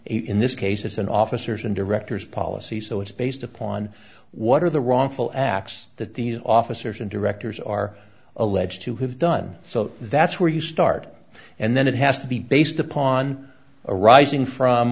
in this case it's an officers and directors policy so it's based upon what are the wrongful acts that these officers and directors are alleged to have done so that's where you start and then it has to be based upon arising from